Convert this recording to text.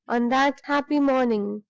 on that happy morning,